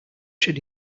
should